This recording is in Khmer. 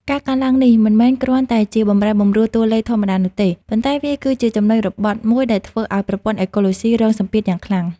ការកើនឡើងនេះមិនមែនគ្រាន់តែជាបម្រែបម្រួលតួលេខធម្មតានោះទេ ប៉ុន្តែវាគឺជាចំណុចរបត់មួយដែលធ្វើឱ្យប្រព័ន្ធអេកូឡូស៊ីរងសម្ពាធយ៉ាងខ្លាំង។